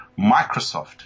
Microsoft